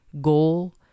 goal